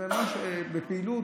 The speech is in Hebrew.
ובפעילות,